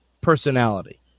personality